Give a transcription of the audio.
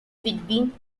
between